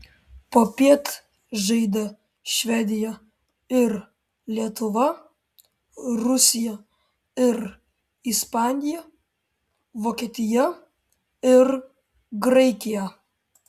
popiet žaidė švedija ir lietuva rusija ir ispanija vokietija ir graikija